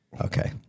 Okay